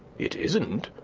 it isn't.